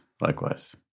likewise